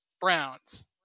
Browns